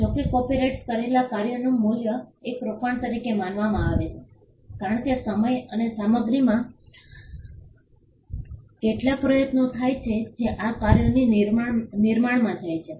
જો કે કોપિરાઇટ કરેલા કાર્યનું મૂલ્ય એક રોકાણ તરીકે માનવામાં આવે છે કારણ કે સમય અને સામગ્રીમાં કેટલાક પ્રયત્નો થાય છે જે આ કાર્યોના નિર્માણમાં જાય છે